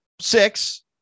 six